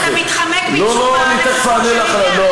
אתה מתחמק מתשובה לגופו של עניין.